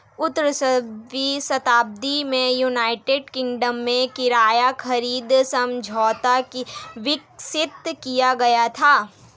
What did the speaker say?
उन्नीसवीं शताब्दी में यूनाइटेड किंगडम में किराया खरीद समझौता विकसित किया गया था